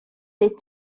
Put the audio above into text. des